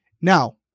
Now